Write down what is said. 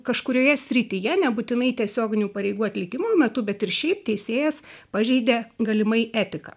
kažkurioje srityje nebūtinai tiesioginių pareigų atlikimo metu bet ir šiaip teisėjas pažeidė galimai etiką